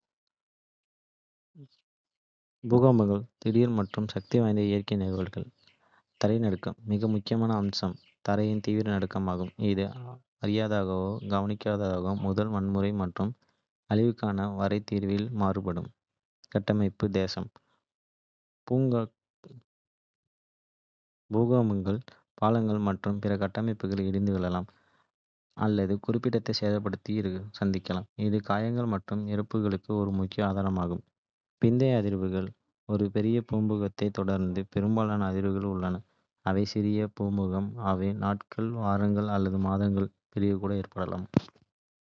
பூகம்பங்கள் திடீர் மற்றும் சக்திவாய்ந்த இயற்கை நிகழ்வுகள், அவை பரவலான பேரழிவை ஏற்படுத்தும். நான் அவர்களுடன் தொடர்புபடுத்துவது இங்கே. தரை நடுக்கம் மிக முக்கியமான அம்சம் தரையின் தீவிர நடுக்கம் ஆகும், இது அரிதாகவே கவனிக்கத்தக்கது முதல் வன்முறை மற்றும் அழிவுகரமான வரை தீவிரத்தில் மாறுபடும். கட்டமைப்பு சேதம் பூகம்பங்கள் கட்டிடங்கள், பாலங்கள் மற்றும் பிற கட்டமைப்புகள் இடிந்து விழலாம் அல்லது குறிப்பிடத்தக்க சேதத்தை சந்திக்கலாம். இது காயங்கள் மற்றும் இறப்புகளுக்கு ஒரு முக்கிய ஆதாரமாகும். பிந்தைய அதிர்வுகள் ஒரு பெரிய பூகம்பத்தைத் தொடர்ந்து, பெரும்பாலும் அதிர்வுகள் உள்ளன, அவை சிறிய பூகம்பங்கள், அவை நாட்கள், வாரங்கள் அல்லது மாதங்களுக்குப் பிறகு கூட ஏற்படலாம். இவை பலவீனமான கட்டமைப்புகளுக்கு மேலும் சேதத்தை ஏற்படுத்தும் மற்றும் மீட்பு முயற்சிகளுக்கு இடையூறாக இருக்கும்.